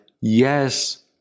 yes